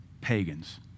pagans